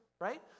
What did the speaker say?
right